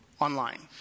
online